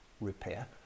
repair